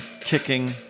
kicking